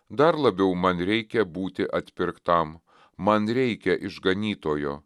dar labiau man reikia būti atpirktam man reikia išganytojo